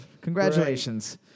Congratulations